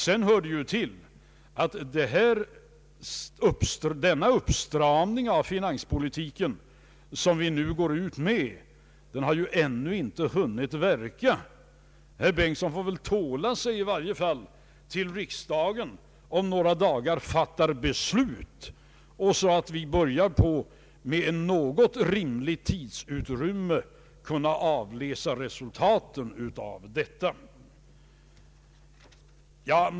Till detta kommer att den uppsiramning av finanspolitiken som vi nu går ut med ännu inte har hunnit verka. Herr Bengtson får väl tåla sig, i varje fall tills riksdagen om några dagar fattar beslut och vi efter någorlunda rimlig tid kan börja avläsa resultaten av detta.